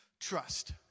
trust